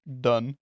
Done